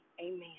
amen